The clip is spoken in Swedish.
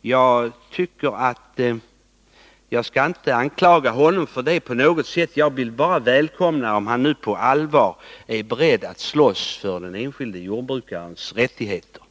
Jag skall inte på något sätt anklaga honom för det. Jag vill bara välkomna honom, om han nu på allvar är beredd att slåss för den enskilde jordbrukarens rättigheter.